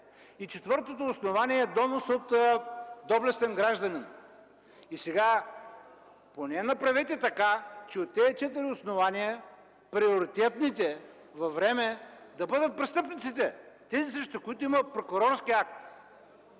и четвъртото основание е донос от доблестен гражданин. Поне направете така, че от тези четири основания приоритетните по време да бъдат престъпниците, срещу които има прокурорски акт.